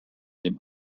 dem